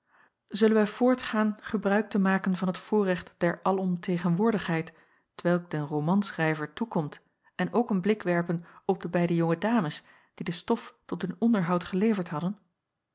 zullen wij voortgaan gebruik te maken van het voorrecht der alomtegenwoordigheid t welk den romanschrijver toekomt en ook een blik werpen op de beide jonge dames die de stof tot hun onderhoud geleverd hadden